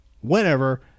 whenever